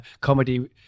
comedy